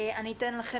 אני אתן לכם,